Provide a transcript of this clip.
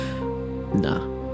Nah